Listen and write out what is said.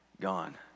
gone